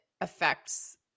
affects